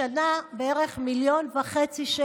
בשנה בערך 1.5 מיליון שקל.